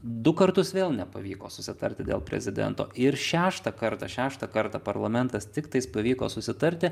du kartus vėl nepavyko susitarti dėl prezidento ir šeštą kartą šeštą kartą parlamentas tiktai pavyko susitarti